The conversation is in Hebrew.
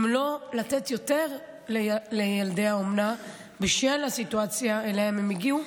אם לא לתת יותר לילדי האומנה בשל הסיטואציה שאליה הם הגיעו,